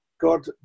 God